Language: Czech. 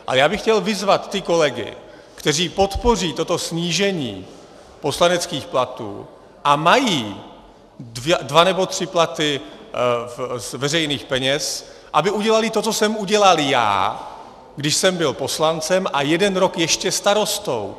Ale já bych chtěl vyzvat ty kolegy, kteří podpoří toto snížení poslaneckých platů a mají dva nebo tři platy z veřejných peněz, aby udělali to, co jsem udělal já, když jsem byl poslancem a jeden rok ještě starostou.